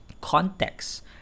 context